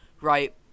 right